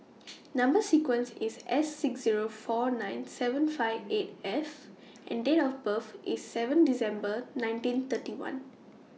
Number sequence IS S six Zero four nine seven five eight F and Date of birth IS seven December nineteen thirty one